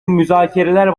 müzakereler